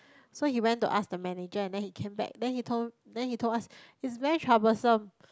so he went to ask the manager and then he came back then he told then he told us is very troublesome